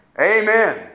Amen